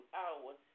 hours